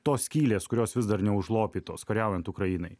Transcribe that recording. tos skylės kurios vis dar neužlopytos kariaujant ukrainai